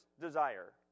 desire